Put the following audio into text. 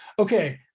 Okay